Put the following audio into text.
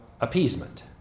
appeasement